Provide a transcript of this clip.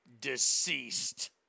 deceased